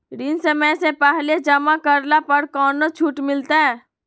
ऋण समय से पहले जमा करला पर कौनो छुट मिलतैय?